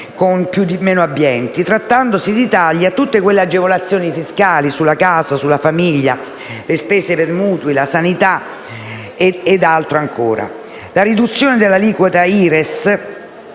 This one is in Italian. classi meno abbienti, trattandosi di tagli a tutte le agevolazioni fiscali sulla casa e sulla famiglia, come le spese per mutui, per la sanità ed altro ancora. La riduzione dell'aliquota IRES